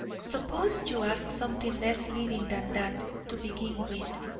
suppose you ask something less leading than that, to begin with,